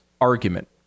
argument